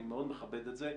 אני מאוד מכבד את זה,